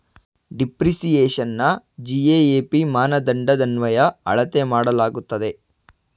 ಡಿಪ್ರಿಸಿಯೇಶನ್ನ GAAP ಮಾನದಂಡದನ್ವಯ ಅಳತೆ ಮಾಡಲಾಗುತ್ತದೆ